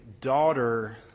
daughter